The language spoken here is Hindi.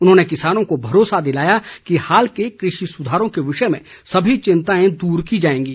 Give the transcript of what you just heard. उन्होंने किसानों को भरोसा दिलाया है कि हाल के कृषि सुधारों के विषय में सभी चिंताएं दूर की जाएंगी